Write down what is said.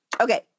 Okay